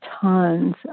tons